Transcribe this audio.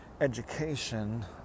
education